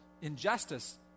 injustice